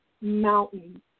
mountain